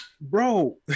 Bro